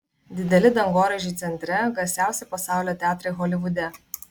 dideli dangoraižiai centre garsiausi pasaulio teatrai holivude